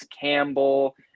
Campbell